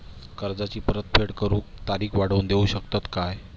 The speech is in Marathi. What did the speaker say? कर्जाची परत फेड करूक तारीख वाढवून देऊ शकतत काय?